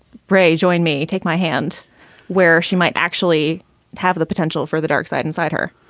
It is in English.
breh, join me, take my hand where she might actually have the potential for the dark side inside her.